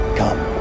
come